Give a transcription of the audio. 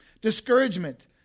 Discouragement